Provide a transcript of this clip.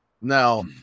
Now